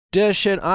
Edition